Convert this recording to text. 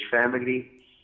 family